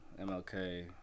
MLK